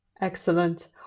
Excellent